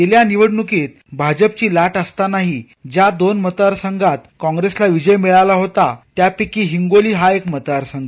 गेल्या निवडणुकीत भाजपची ला असतानाही ज्या दोन मतदार संघात काँप्रेसला विजय मिळाला होता त्यापैकी हिंगोली हा एक मतदार संघ